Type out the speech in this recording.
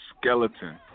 skeleton